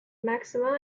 maxima